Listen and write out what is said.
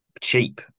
cheap